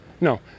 no